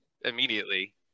immediately